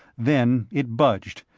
then it budged,